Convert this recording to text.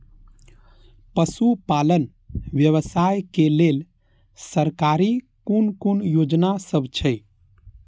पशु पालन व्यवसाय के लेल सरकारी कुन कुन योजना सब छै?